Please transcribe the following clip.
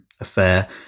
affair